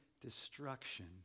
destruction